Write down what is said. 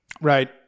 right